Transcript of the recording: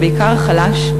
ובעיקר חלש,